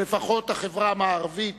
או לפחות החברה המערבית,